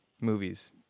movies